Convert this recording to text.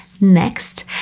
next